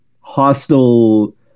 hostile